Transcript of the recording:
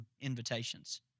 invitations